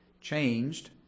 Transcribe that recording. changed